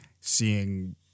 seeing